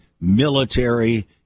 military